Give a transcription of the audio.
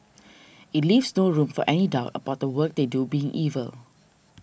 it leaves no room for any doubt about the work they do being evil